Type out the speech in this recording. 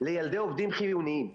לילדי עובדים חיוניים.